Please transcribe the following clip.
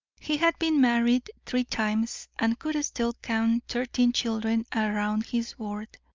he had been married three times, and could still count thirteen children around his board,